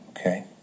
okay